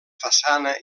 façana